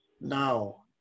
now